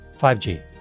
5G